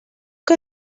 que